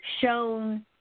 shown